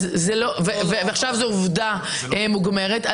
ועכשיו זאת עובדה מוגמרת,